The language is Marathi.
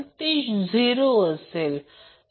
तर या प्रकरणात हे न्यूट्रल आहे